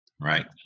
right